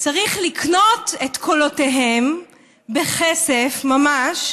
צריך לקנות את קולותיהן בכסף, ממש,